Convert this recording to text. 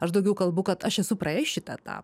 aš daugiau kalbu kad aš esu praėjus šitą etapą